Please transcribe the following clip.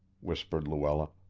whispered luella,